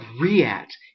react